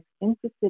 interested